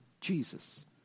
Jesus